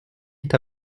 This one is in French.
est